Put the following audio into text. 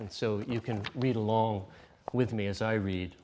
and so you can read along with me as i read